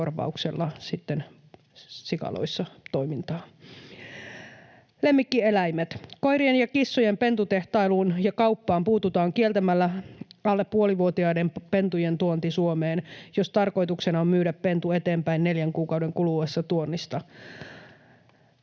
toimintaa sikaloissa. Lemmikkieläimet: Koirien ja kissojen pentutehtailuun ja -kauppaan puututaan kieltämällä alle puolivuotiaiden pentujen tuonti Suomeen, jos tarkoituksena on myydä pentu eteenpäin neljän kuukauden kuluessa tuonnista.